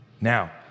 Now